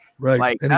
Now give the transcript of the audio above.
Right